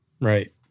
Right